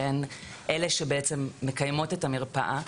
שהן בעצם אלה שמקיימות את המרפאה.